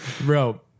bro